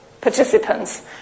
participants